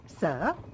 Sir